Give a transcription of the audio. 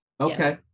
Okay